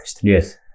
Yes